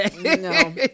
No